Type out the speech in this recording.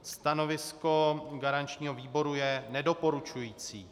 Stanovisko garančního výboru je nedoporučující.